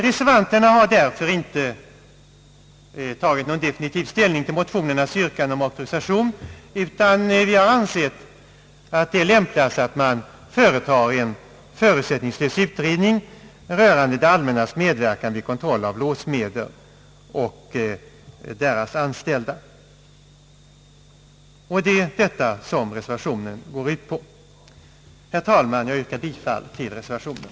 Reservanterna har därför inte tagit någon definitiv ställning till motionärernas yrkande om auktorisation, utan vi har ansett att det är lämpligast att man företar en förutsättningslös utredning rörande det allmännas medverkan vid kontroll av låssmeder och deras anställda, och det är detta som reservationen går ut på. Jag yrkar, herr talman, bifall till reservationen.